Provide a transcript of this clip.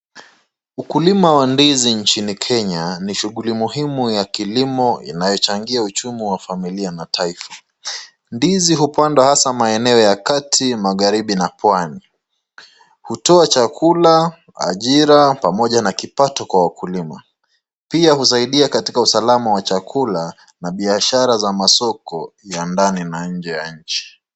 Ukulima wa ndizi inchi Kenya ni shughuli muhimu ya kilimo inayochangia uchumi wa familia na taifa. Ndizi hupandwa hasa maeneo ya kati magharibi na pwani. Hutoa chakula ajira pamoja na kipato kwa wakulima pia husaida katika usalama wa chakula na biashara za masoko ya ndani na inje ya inchi.